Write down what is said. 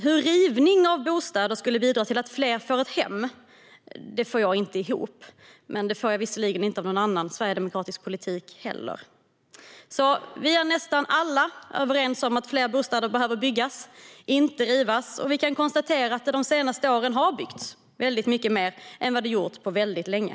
Att rivning av bostäder skulle bidra till att fler får ett hem får jag inte att gå ihop. Men det får jag inte heller med någon annan Sverigedemokratisk politik. Vi är nästan alla överens om att fler bostäder behöver byggas, inte rivas. Vi kan konstatera att det de senaste åren har byggts väldigt mycket mer än vad det gjorts på väldigt länge.